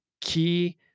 key